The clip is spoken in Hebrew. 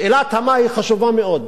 שאלת המה היא חשובה מאוד.